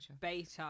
beta